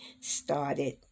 started